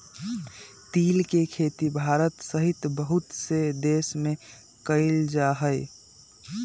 तिल के खेती भारत सहित बहुत से देश में कइल जाहई